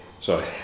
Sorry